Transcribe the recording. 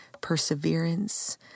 perseverance